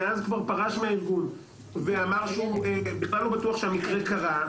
שמאז כבר פרש מהארגון ואמר שהוא בכלל לא בטוח שהמקרה קרה,